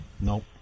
Nope